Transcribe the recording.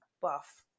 buff